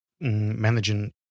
Managing